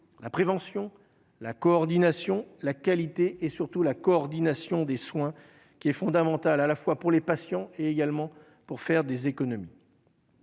la prévention, la coordination, la qualité et surtout la coordination des soins qui est fondamental, à la fois pour les patients et également pour faire des économies.